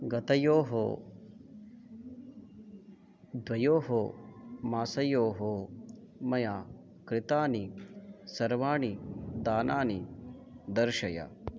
गतयोः द्वयोः मासयोः मया कृतानि सर्वाणि दानानि दर्शय